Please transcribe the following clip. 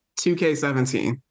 2K17